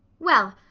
well,